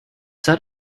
set